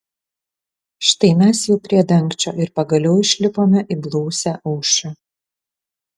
štai mes jau prie dangčio ir pagaliau išlipome į blausią aušrą